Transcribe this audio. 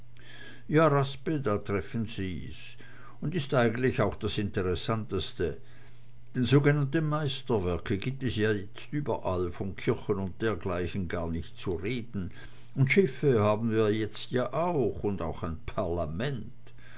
ja raspe da treffen sie's und ist eigentlich auch das interessanteste denn sogenannte meisterwerke gibt es ja jetzt überall von kirchen und dergleichen gar nicht zu reden und schiffe haben wir ja jetzt auch und auch ein parlament